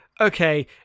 okay